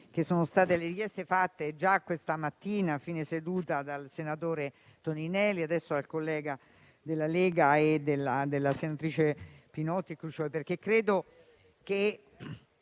grazie a tutte